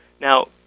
Now